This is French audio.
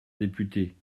député